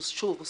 ששוב אני אומרת,